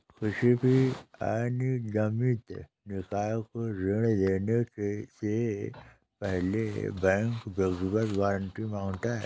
किसी भी अनिगमित निकाय को ऋण देने से पहले बैंक व्यक्तिगत गारंटी माँगता है